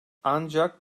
ancak